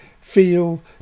feel